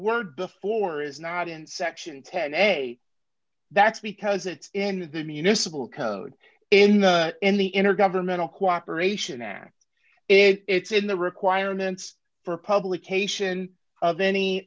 word before is not in section ten a that's because it's in the municipal code in the in the intergovernmental cooperation act it's in the requirements for publication of any